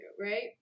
right